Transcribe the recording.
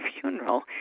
funeral